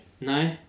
No